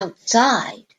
outside